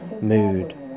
mood